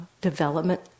development